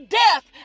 death